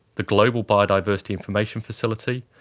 the global biodiversity information facility,